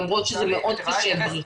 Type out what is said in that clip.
למרות שזה מאוד קשה ברחוב.